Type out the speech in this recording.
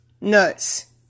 nuts